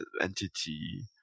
entity